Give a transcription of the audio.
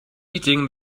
eating